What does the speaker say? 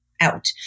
out